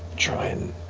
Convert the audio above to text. try and